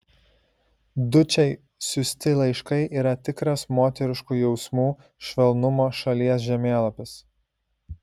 dučei siųsti laiškai yra tikras moteriškų jausmų švelnumo šalies žemėlapis